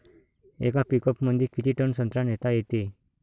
येका पिकअपमंदी किती टन संत्रा नेता येते?